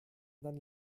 dann